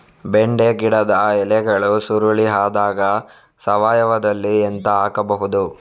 ಬೆಂಡೆ ಗಿಡದ ಎಲೆಗಳು ಸುರುಳಿ ಆದಾಗ ಸಾವಯವದಲ್ಲಿ ಎಂತ ಹಾಕಬಹುದು?